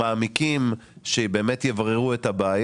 זה צריך להיות מלווה במחקרים מעמיקים שבאמת יבררו את הבעיה.